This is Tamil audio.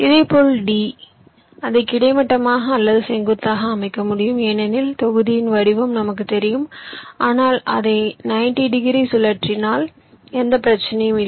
இதேபோல் D அதை கிடைமட்டமாக அல்லது செங்குத்தாக அமைக்க முடியும் ஏனெனில் தொகுதியின் வடிவம் நமக்கு தெரியும் ஆனால் அதை 90 டிகிரி சுழற்றினால் எந்த பிரச்சனையும் இல்லை